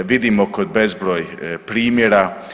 Vidimo kod bezbroj primjera.